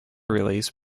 release